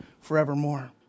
forevermore